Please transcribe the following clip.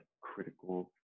critical